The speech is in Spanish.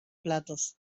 platos